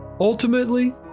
Ultimately